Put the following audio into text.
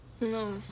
No